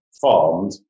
farmed